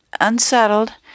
unsettled